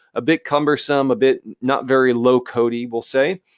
a bit cumbersome. a bit, not very low-code-y, we'll say.